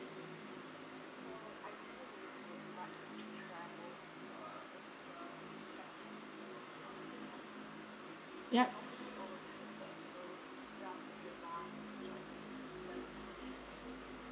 yup